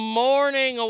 morning